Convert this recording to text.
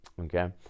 Okay